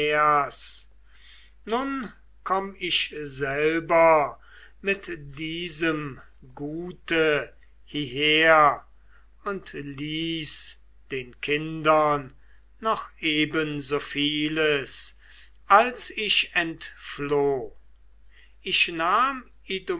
nun komm ich selber mit diesem gute hieher und ließ den kindern noch eben so vieles als ich entfloh ich nahm